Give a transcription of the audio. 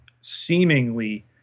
seemingly